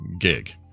gig